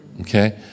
Okay